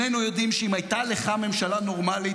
שנינו יודעים שאם הייתה לך ממשלה נורמלית,